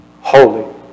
holy